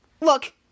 Look